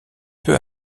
peu